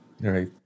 Right